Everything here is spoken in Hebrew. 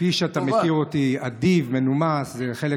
כפי שאתה מכיר אותי, אדיב, מנומס.